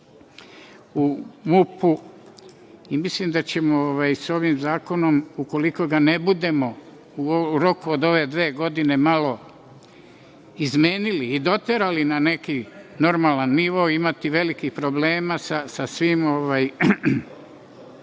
u MUP-u i mislim da ćemo ovim zakonom, ukoliko ga ne bude u roku od ove dve godine malo izmenili i doterali na neki normalan nivo, imati velikih problema sa svim onima